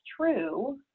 true